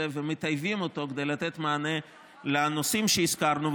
ומטייבים אותו כדי לתת מענה בנושאים שהזכרנו.